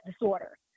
disorder